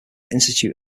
institute